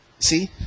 See